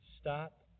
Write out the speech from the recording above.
stop